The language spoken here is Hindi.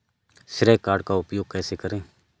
श्रेय कार्ड का उपयोग कैसे करें?